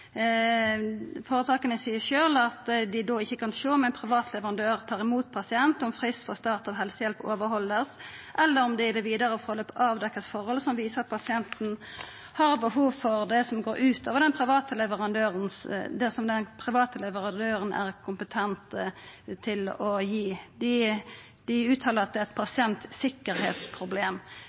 Føretaka seier sjølve at dei då ikkje kan sjå om ein privat leverandør tar imot ein pasient, om frist frå stat og helsehjelp vert overhalden, eller om det i det vidare forløpet vert avdekt forhold som viser at pasienten har behov for noko som går utover det som den private leverandøren er kompetent til å gi. Dei uttalar at det er eit pasientsikkerheitsproblem.